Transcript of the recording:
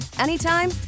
anytime